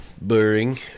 boring